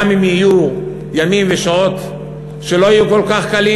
גם אם יהיו ימים ושעות שלא יהיו כל כך קלים.